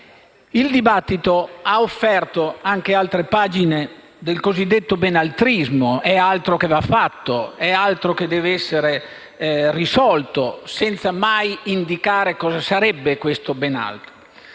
Il dibattito ha offerto anche altre pagine del cosiddetto "benaltrismo": è altro che va fatto; è altro che deve essere risolto. Senza mai indicare cosa sarebbe questo ben altro.